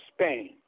Spain